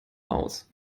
aus